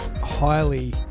highly